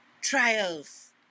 trials